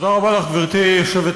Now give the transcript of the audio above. תודה רבה לך, גברתי היושבת-ראש.